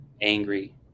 angry